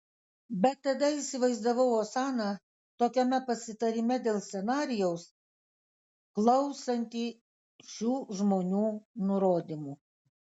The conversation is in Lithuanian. bet tada įsivaizdavau osaną tokiame pasitarime dėl scenarijaus klausantį šių žmonių nurodymų